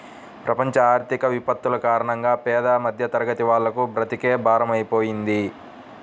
ప్రపంచ ఆర్థిక విపత్తుల కారణంగా పేద మధ్యతరగతి వాళ్లకు బ్రతుకే భారమైపోతుంది